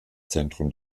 zentrum